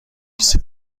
بیست